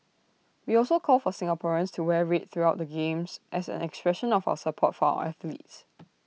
we also call for Singaporeans to wear red throughout the games as an expression of support for our athletes